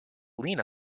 lena